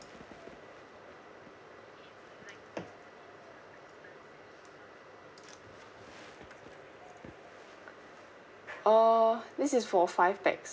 uh this is for five pax